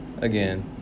Again